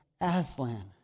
Aslan